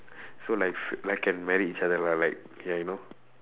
so like like can marry each other lah like ya you know